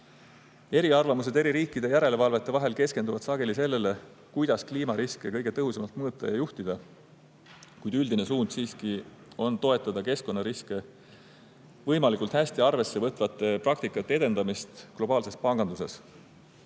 Eriarvamused eri riikide järelevalvete vahel keskenduvad sageli sellele, kuidas kliimariske kõige tõhusamalt mõõta ja juhtida, kuid üldine suund siiski on toetada keskkonnariske võimalikult hästi arvesse võtvate praktikate edendamist globaalses panganduses.